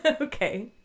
Okay